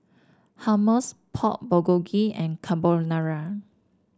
Hummus Pork Bulgogi and Carbonara